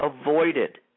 avoided